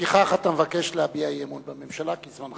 לפיכך אתה מבקש להביע אי-אמון בממשלה, כי זמנך תם.